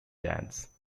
dance